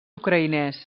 ucraïnès